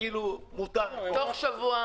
תוך שבוע